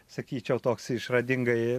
sakyčiau toks išradingai